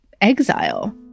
exile